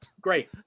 great